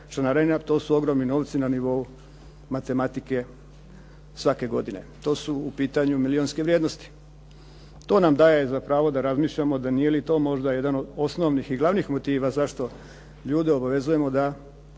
to su ogromni novci na nivou matematike svake godine. To su u pitanju milijunske vrijednosti. To nam da je za pravo da razmišljamo da nije li to možda jedan od osnovnih i glavnih motiva zašto ljude obavezujemo da